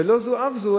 ולא זו אף זו,